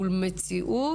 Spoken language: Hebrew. מול מציאות,